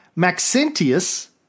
Maxentius